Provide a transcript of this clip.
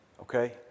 okay